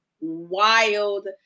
wild